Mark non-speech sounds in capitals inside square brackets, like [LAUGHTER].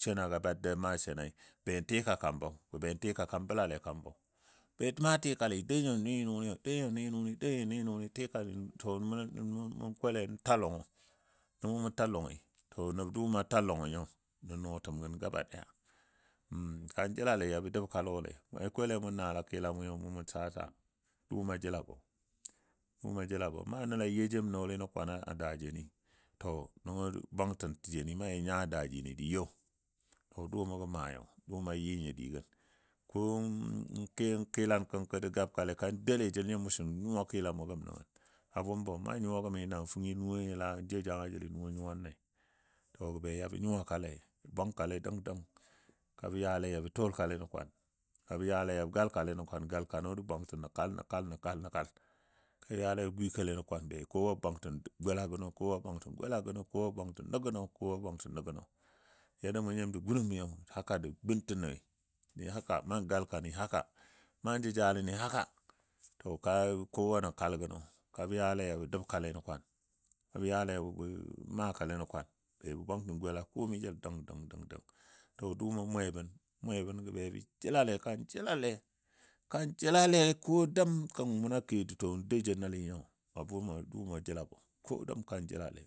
shenagɔ maa shenai be tika kabɔ, be tika kan bəlale kabɔ be maa tikali dou nyo ni nʊni, dou nyo ni nʊni, dou nyo ni nʊni tikali to [HESITATION] mun kole n ta lɔgɔ, nəmo mun ta lɔgi to nəb dʊʊmo a ta lɔgɔ nyo nən nɔɔtəmgən gaba ɗaya [HESITATION] kabo jəle yabɔ doubka lɔle mu kole mɔ nɔɔla kela mɔi mun saa saa dʊʊmo. Jəlabɔ, dʊʊmɔ. Jəlabɔ. Na nəl a you jem nɔɔli nən kwan daa jeni to nəngɔ jə bwangtən tijen na jə nya daa jini jə you. To dʊʊmo gə maa nyo, dʊʊmoo a yɨ nyo dɨgən ko n kilang kənko jə gabkale kan doue jəl nyo mo sən nyuwa kilamɔ gəm nəngən, a bʊmbɔ. Naan nyuwagəmi namfəng nuwo la jou jangajəli nuwo nyuwanle. To gə be yaɓɔ nyuwa kale, bwangkale dəng dəng kabɔ yale yabɔ tuwolkale nən kwan. Kabɔ yale yabɔ galkale nən kwan, galkano jə bwantən nən kal nən kal nən kal. Ka jə yale yajə gwikale nən kwan be kowa bwangtən gola gəno, kowa bwangtən gola gəno, kowa bwangtən nə gəno, kowa. Bwangtən nəgəno. Yadda mun nyim bə gunəmi haka də gun tənoi nan galkani haka, na jəjaləni haka. To kaa kowa. Nən kal gəno kabɔ yale yabɔ doubkale nən kwan, kabɔ yale yabɔ makale nən kwan, be bə bwangtən gola komai jəl dəng dəng dəng. To dʊʊmɔ mwebən mwebən gə be kan jəlale kan jəlale kan jəlale ko dəm kang muno ke duto dou jə nəle nyo, dʊʊmo a jəlabo ko dəm kan jəlale